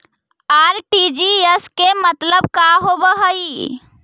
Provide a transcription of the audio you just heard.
RTGS के मतलब का होव हई?